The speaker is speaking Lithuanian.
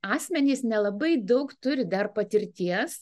asmenys nelabai daug turi dar patirties